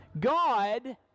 God